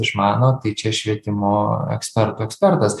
išmano tai čia švietimo ekspertų ekspertas